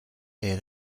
near